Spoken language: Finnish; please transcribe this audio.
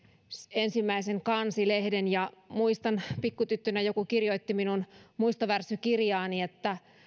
ensimmäisen kansilehden muistan kun pikkutyttönä joku kirjoitti minun muistovärssykirjaani että